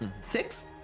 Six